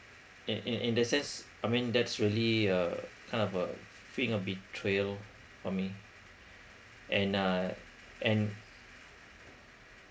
in in in that sense I mean that's really a kind of a feeling of betrayal for me and uh and